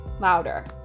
louder